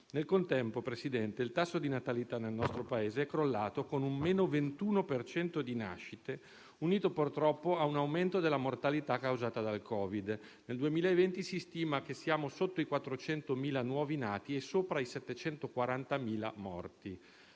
Nel contempo, Presidente, il tasso di natalità nel nostro Paese è crollato, con un -21 per cento di nascite, unito - purtroppo - a un aumento della mortalità causata dal Covid. Nel 2020 si stima che siamo sotto i 400.000 nuovi nati e sopra i 740.000 morti.